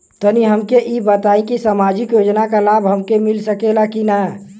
तनि हमके इ बताईं की सामाजिक योजना क लाभ हमके मिल सकेला की ना?